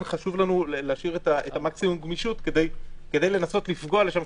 חשוב לנו להשאיר את מקסימום הגמישות כדי לנסות לפגוע שם.